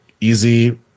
easy